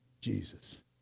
Jesus